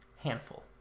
Handful